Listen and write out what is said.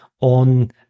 on